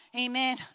Amen